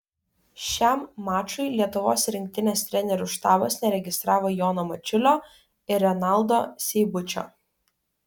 šiam mačui lietuvos rinktinės trenerių štabas neregistravo jono mačiulio ir renaldo seibučio